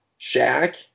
Shaq